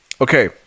Okay